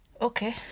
Okay